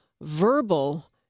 verbal